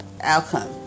outcome